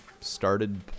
started